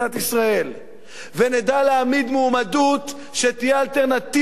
ונדע להעמיד מועמדות שתהיה אלטרנטיבה לבנימין נתניהו,